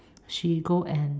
she go and